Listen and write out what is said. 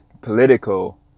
political